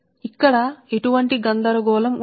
కాబట్టి ఇక్కడ ఇది 1 r సరే ప్లస్ 0